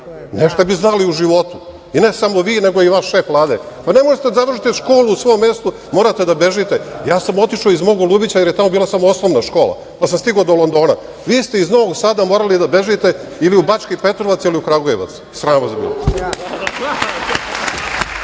nešto bi znali u životu i ne samo vi, nego i vaš šef Vlade. Ne možete da završite školu u svom mestu, morate da bežite. Ja sam otišao iz mog Golubića jer je tamo bila samo osnovna škola, pa sam stigao do Londona. Vi ste iz Novog Sada morali da bežite ili u Bački Petrovac ili u Kragujevac. Sram vas bilo!